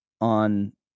On